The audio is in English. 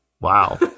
wow